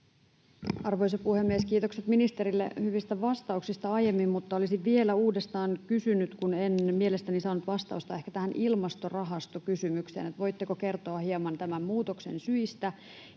Arvoisa puhemies! Kiitokset ministerille hyvistä vastauksista aiemmin, mutta olisin vielä uudestaan kysynyt, kun en mielestäni saanut vastausta tähän Ilmastorahasto-kysymykseen, että voitteko kertoa hieman tämän muutoksen syistä